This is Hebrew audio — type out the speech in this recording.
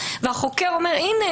והחוקר אומר: הינה,